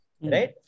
Right